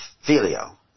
filio